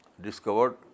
discovered